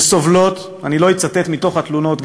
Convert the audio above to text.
אני לא אצטט מתוך התלונות,